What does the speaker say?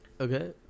Okay